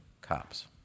cops